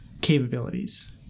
capabilities